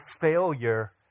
failure